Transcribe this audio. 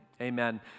amen